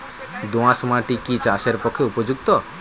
দোআঁশ মাটি কি চাষের পক্ষে উপযুক্ত?